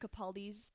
Capaldi's